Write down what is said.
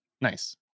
Nice